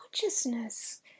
consciousness